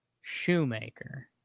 Shoemaker